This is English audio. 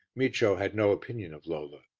micio had no opinion of lola.